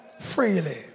freely